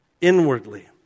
inwardly